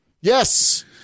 Yes